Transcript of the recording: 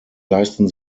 leisten